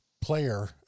player